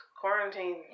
Quarantine